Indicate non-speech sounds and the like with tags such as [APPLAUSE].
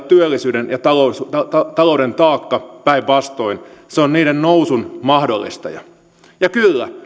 [UNINTELLIGIBLE] työllisyyden ja talouden taakka päinvastoin se on niiden nousun mahdollistaja kyllä